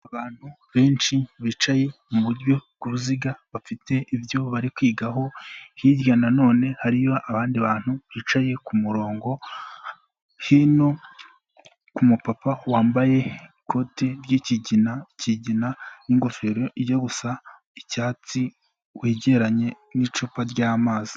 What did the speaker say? Abantu benshi bicaye mu buryo kuziga bafite ibyo bari kwigaho, hirya na none hariyo abandi bantu bicaye ku murongo, hino ku mupapa wambaye ikoti ry'ikigina n'ingofero ijya gusa icyatsi wegeranye n'icupa ry'amazi.